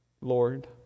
Lord